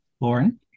Lauren